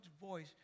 voice